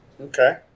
Okay